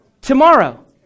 Tomorrow